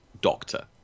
doctor